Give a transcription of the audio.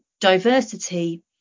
diversity